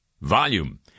Volume